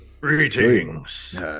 Greetings